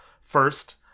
First